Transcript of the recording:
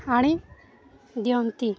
ହାଣି ଦିଅନ୍ତି